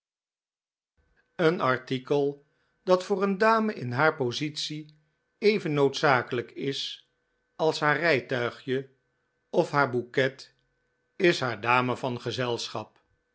een artikel dat voor een dame in haar positie even noodzakelijk is als haar rijtuigje of haar bouquet is haar dame van gezelschap